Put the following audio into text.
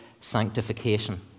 sanctification